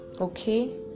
Okay